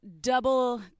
double